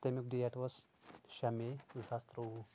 تمیُک ڈیٹ اوس شیٚے میے زٕ ساس تٕرووُہ